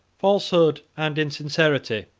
falsehood and insincerity,